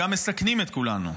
גם מסכנים את כולנו.